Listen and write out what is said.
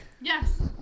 Yes